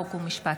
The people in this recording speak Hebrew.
חוק ומשפט.